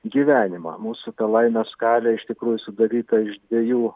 gyvenimą mūsų ta laimės skalė iš tikrųjų sudaryta iš dviejų